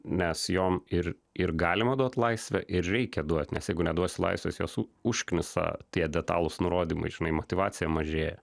nes jom ir ir galima duot laisvę ir reikia duot nes jeigu neduosi laisvės juos užknisa tie detalūs nurodymai žinai motyvacija mažėja